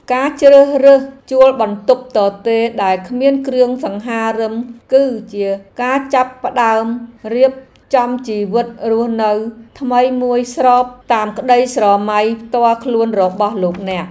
ការជ្រើសរើសជួលបន្ទប់ទទេរដែលគ្មានគ្រឿងសង្ហារិមគឺជាការចាប់ផ្ដើមរៀបចំជីវិតរស់នៅថ្មីមួយស្របតាមក្ដីស្រមៃផ្ទាល់ខ្លួនរបស់លោកអ្នក។